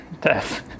Death